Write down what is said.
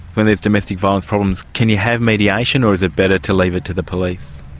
when there's domestic violence problems can you have mediation, or is it better to leave it to the police?